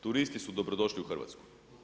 Turisti su dobro došli u Hrvatsku.